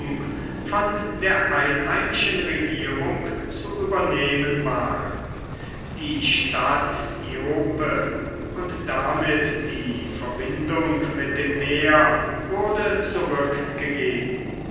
von der einheimischen regierung zu übernehmen waren die stadt ioppe und damit die verbindung mit dem meer wurde zurückgegeben